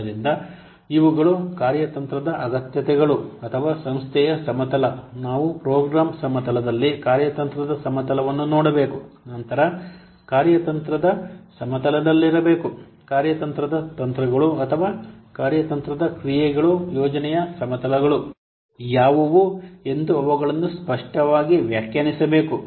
ಆದ್ದರಿಂದ ಇವುಗಳು ಕಾರ್ಯತಂತ್ರದ ಅಗತ್ಯತೆಗಳು ಅಥವಾ ಸಂಸ್ಥೆಯ ಸಮತಲ ನಾವು ಪ್ರೋಗ್ರಾಂ ಸಮತಲದಲ್ಲಿ ಕಾರ್ಯತಂತ್ರದ ಸಮತಲವನ್ನು ನೋಡಬೇಕು ನಂತರ ಕಾರ್ಯತಂತ್ರದ ಸಮತಲದಲ್ಲಿರಬೇಕು ಕಾರ್ಯತಂತ್ರದ ತಂತ್ರಗಳು ಅಥವಾ ಕಾರ್ಯತಂತ್ರದ ಕ್ರಿಯೆಗಳು ಯೋಜನೆಯ ಸಮತಲಗಳು ಯಾವುವು ಎಂದು ಅವುಗಳನ್ನು ಸ್ಪಷ್ಟವಾಗಿ ವ್ಯಾಖ್ಯಾನಿಸಬೇಕು